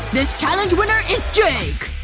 this challenge winner is jake